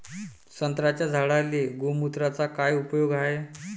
संत्र्याच्या झाडांले गोमूत्राचा काय उपयोग हाये?